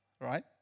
Right